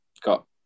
got